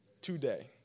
today